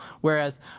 Whereas